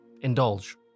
Indulge